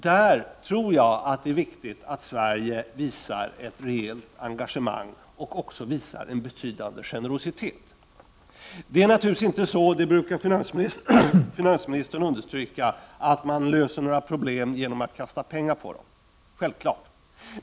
Då tror jag att det är viktigt att Sverige visar ett rejält engagemang, och också visar betydande generositet. Som finansministern brukar understryka är det naturligtvis inte så att man löser några problem genom att kasta pengar på dem — det är självklart.